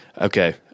okay